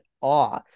awe